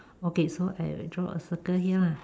okay so I like draw a circle here lah